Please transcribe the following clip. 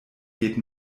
geht